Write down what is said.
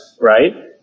right